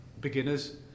beginners